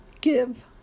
give